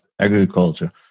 agriculture